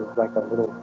like a little